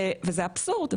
וזה אבסורד,